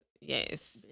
Yes